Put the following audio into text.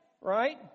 Right